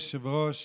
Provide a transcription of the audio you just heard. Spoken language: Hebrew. ראש